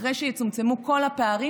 אחרי שיצומצמו כל הפערים,